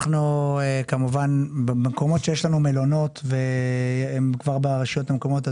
אנחנו כמובן במקומות שיש לנו מלונות והם כבר ברשויות המקומיות,